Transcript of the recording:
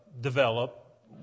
develop